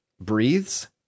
breathes